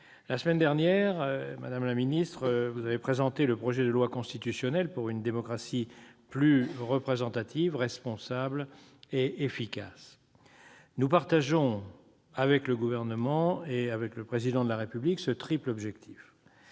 La semaine dernière, vous avez présenté, madame la garde des sceaux, le projet de loi constitutionnelle pour une démocratie plus représentative, responsable et efficace. Nous partageons avec le Gouvernement et le Président de la République ce triple objectif.